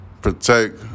protect